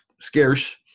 scarce